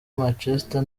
manchester